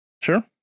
sure